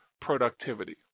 productivity